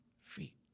feet